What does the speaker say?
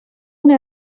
una